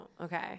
Okay